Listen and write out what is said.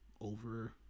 over